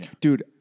Dude